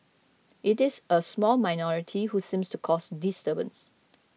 it is a small minority who seems to cause disturbance